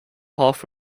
half